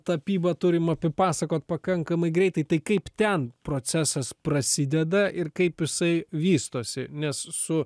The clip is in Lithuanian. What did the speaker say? tapybą turim apipasakot pakankamai greitai tai kaip ten procesas prasideda ir kaip jisai vystosi nes su